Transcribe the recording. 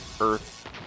Earth